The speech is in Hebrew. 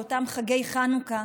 על אותם ימי חנוכה,